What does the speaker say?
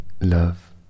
love